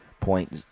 point